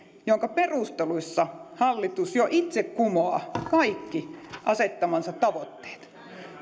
jonka perusteluissa hallitus jo itse kumoaa kaikki asettamansa tavoitteet